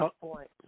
point